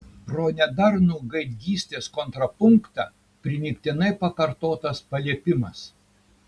pro nedarnų gaidgystės kontrapunktą primygtinai pakartotas paliepimas